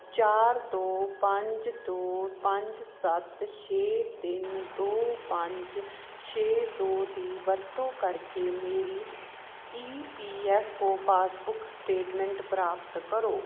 ਚਾਰ ਦੋ ਪੰਜ ਦੋ ਪੰਜ ਸੱਤ ਛੇ ਤਿੰਨ ਦੋ ਪੰਜ ਛੇ ਦੋ ਦੀ ਵਰਤੋਂ ਕਰਕੇ ਮੇਰੀ E P F O passbook statement ਪ੍ਰਾਪਤ ਕਰੋ